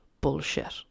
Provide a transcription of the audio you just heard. bullshit